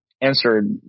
answered